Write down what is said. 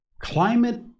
Climate